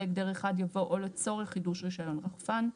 "הגדר אחד" יבוא "או לצורך חידוש רישיון רחפן".